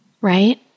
Right